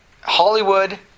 Hollywood